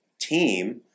team